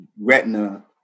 retina